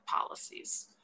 policies